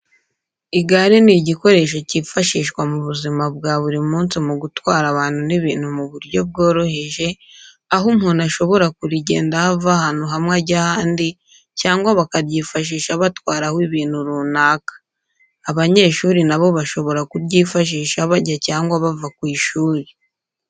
Igare ni igikoresho cyifashishwa mu buzima bwa buri munsi mu gutwara abantu n'ibintu mu buryo bworoheje, aho umuntu ashobora kurigendaho ava ahantu hamwe ajya ahandi cyangwa bakaryifashisha batwaraho ibintu runaka. Abanyeshuri na bo bashobora kuryifashisha bajya cyangwa bava ku ishuri.